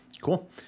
Cool